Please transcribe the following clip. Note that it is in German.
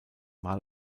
mal